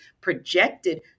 projected